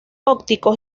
ópticos